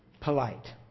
polite